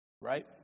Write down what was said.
Right